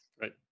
Right